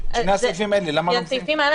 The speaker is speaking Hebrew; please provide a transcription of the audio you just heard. ששש, חברים.